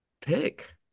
pick